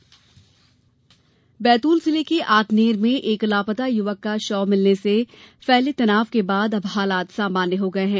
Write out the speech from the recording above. बैतूल नियंत्रण बैतूल जिले के आठनेर में एक लापता युवक का शव मिलने पर फैले तनाव के बाद अब हालात सामान्य हो गए हैं